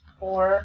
four